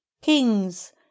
Kings